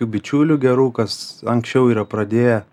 bičiulių gerų kas anksčiau yra pradėję